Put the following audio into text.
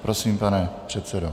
Prosím, pane předsedo.